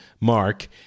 mark